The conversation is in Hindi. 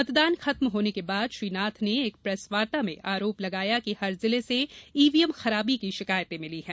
मतदान खत्म होने के बाद श्री नाथ ने एक प्रेसवार्ता में आरोप लगाया कि हर जिले से ईवीएम खराबी की शिकायतें मिली हैं